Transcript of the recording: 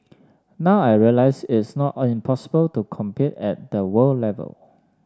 now I realise it's not impossible to compete at the world level